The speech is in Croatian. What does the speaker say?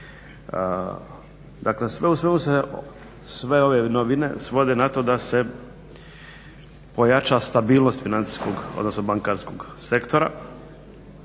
se sve ove novine svode na to da se pojača stabilnost financijskog odnosno bankarskog sektora,